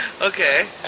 Okay